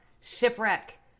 shipwreck